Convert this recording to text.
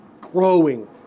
growing